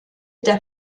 der